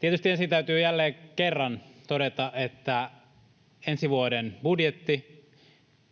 Tietysti ensin täytyy jälleen kerran todeta, että ensi vuoden budjetti